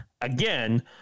Again